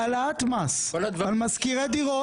העלאת מס על משכירי דירות.